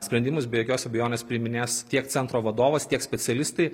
sprendimus be jokios abejonės priiminės tiek centro vadovas tiek specialistai